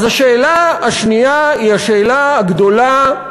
אז השאלה השנייה היא השאלה הגדולה: